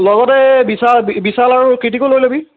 লগতে এই বিশা বিশাল আৰু কৃটিকো লৈ ল'বি